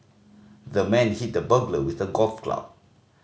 the man hit the burglar with a golf club